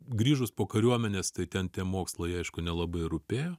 grįžus po kariuomenės tai ten tie mokslai aišku nelabai rūpėjo